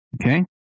okay